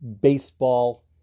baseball